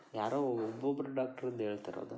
ಯಾರೋ ಒಬ್ಬೊಬ್ಬರು ಡಾಕ್ಟ್ರದು ಹೇಳ್ತಿರೋದು